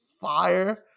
fire